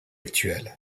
actuel